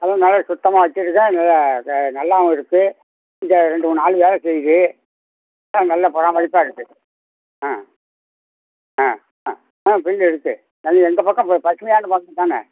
அதுவும் நல்லா சுத்தமாக வச்சுருக்கேன் நல்லா நல்லாவும் இருக்குது இங்கே ரெண்டு மூணு ஆள் வேலை செய்யுது ஆ நல்ல பராமரிப்பாக இருக்குது ஆ ஆ ஆ ஆ புல்லு இருக்குது அது இந்த பக்கம் ப பசுமையான பக்கம் தானே